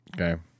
Okay